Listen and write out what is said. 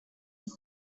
his